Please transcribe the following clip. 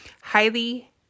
highly